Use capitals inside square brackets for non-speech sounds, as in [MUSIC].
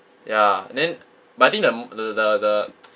ya then but I think the m~ the the the [NOISE]